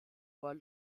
were